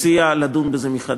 הציע לדון בזה מחדש.